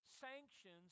sanctions